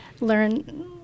learn